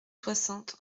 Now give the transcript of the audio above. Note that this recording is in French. soixante